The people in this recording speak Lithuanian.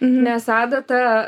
nes adata